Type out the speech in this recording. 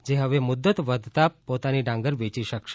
જે હવે મુદત વધતા પોતાની ડાંગર વેચી શકશે